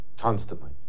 constantly